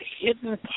hidden